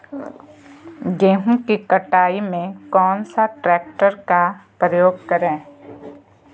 गेंहू की कटाई में कौन सा ट्रैक्टर का प्रयोग करें?